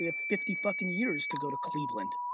ah fifty fucking years to go to cleveland.